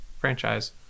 franchise